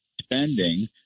spending